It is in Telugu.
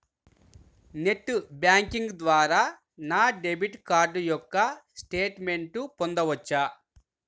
నెట్ బ్యాంకింగ్ ద్వారా నా డెబిట్ కార్డ్ యొక్క స్టేట్మెంట్ పొందవచ్చా?